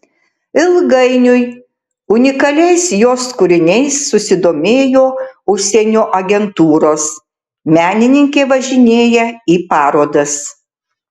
ilgainiui unikaliais jos kūriniais susidomėjo užsienio agentūros menininkė važinėja į parodas